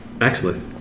excellent